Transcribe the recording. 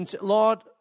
Lord